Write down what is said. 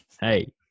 Hey